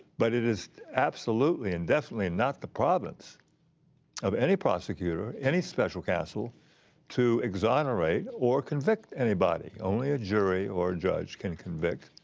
but it is absolutely and definitely not the province of any prosecutor, any special counsel to exonerate or convict anybody. only a jury or a judge can convict.